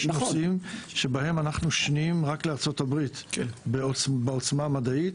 יש נושאים שבהם אנחנו שניים רק לארצות הברית בעוצמה המדעית,